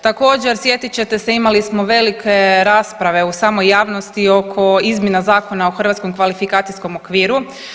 Također sjetit ćete se imali smo velike rasprave u samoj javnosti oko izmjena Zakona o hrvatskom kvalifikacijskom okviru.